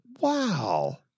Wow